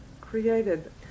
created